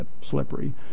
slippery